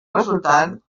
resultant